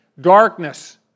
Darkness